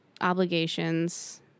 obligations